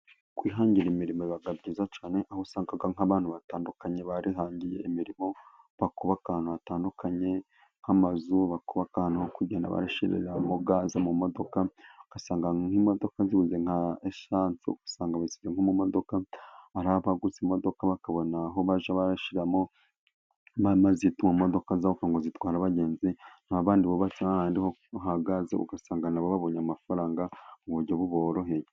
Kwihangira imirimo biba byiza cyane, aho usangaga nk'abantu batandukanye barihangiye imirimo bakuba ahantu hatandukanye nk'amazu, bakuba nk'ahantu ho kujya bashyiroramo gaze mu modoka ugasanga nk'imodoka zibuze nka esanse usanga bazi nko mu modoka ari abaguze imodoka bakabona aho bajya barashyiriramo gaze. Bituma imodoka zafunzwe zitwara abagenzi nta bandi bubatse bahagaze, ugasanga nabo babonye amafaranga mu buryo buboroheye.